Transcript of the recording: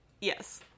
Yes